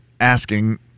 asking